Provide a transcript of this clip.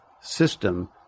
system